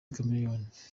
chameleone